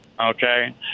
okay